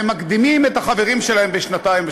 והם מקדימים את החברים שלהם בשנתיים,